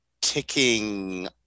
ticking